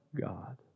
God